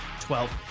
Twelve